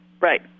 right